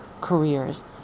careers